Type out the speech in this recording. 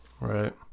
right